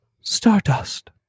Stardust